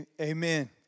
amen